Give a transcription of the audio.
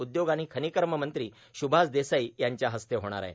उदयोग आाण र्खानकम मंत्री सुभाष देसाई यांच्या हस्ते होणार आहे